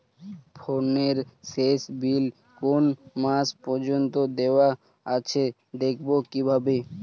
ফোনের শেষ বিল কোন মাস পর্যন্ত দেওয়া আছে দেখবো কিভাবে?